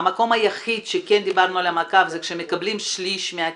המקום היחיד שדיברנו על מעקב זה כשמקבלים שליש מהכסף,